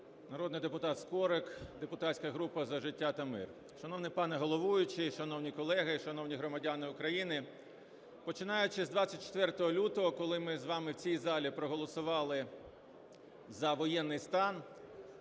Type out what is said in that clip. Народний депутат Скорик, "Платформа за життя та мир". Шановний пане головуючий, шановні колеги, шановні громадяни України! Починаючи з 24 лютого, коли ми з вами в цій залі проголосували за воєнний стан,